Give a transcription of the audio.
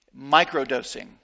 Microdosing